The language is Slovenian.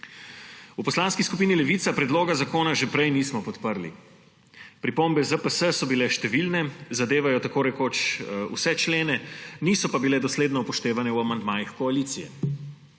V Poslanski skupini Levica predloga zakona že prej nismo podprli. Pripombe ZPS so bile številne, zadevajo tako rekoč vse člene, niso pa bile dosledno upoštevane v amandmajih koalicije.